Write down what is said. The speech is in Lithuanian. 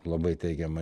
labai teigiamą